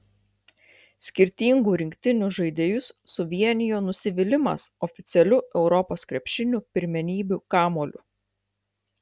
skirtingų rinktinių žaidėjus suvienijo nusivylimas oficialiu europos krepšinio pirmenybių kamuoliu